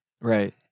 Right